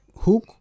hook